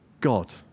God